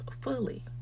fully